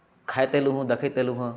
खाइत अयलहुॅं हँ देखैत अयलहुॅं हँ